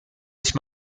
ich